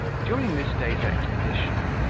during this day's expedition,